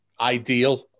ideal